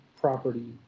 property